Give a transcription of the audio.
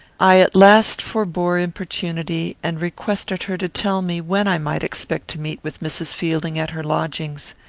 i at last forbore importunity, and requested her to tell me when i might expect to meet with mrs. fielding at her lodgings.